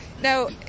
now